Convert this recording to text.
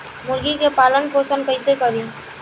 मुर्गी के पालन पोषण कैसे करी?